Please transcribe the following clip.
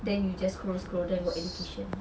then you just scroll scroll for education